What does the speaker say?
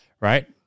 right